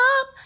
up